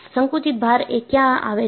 સંકુચિત ભારએ ક્યાં આવે છે